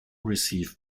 receive